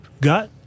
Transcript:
got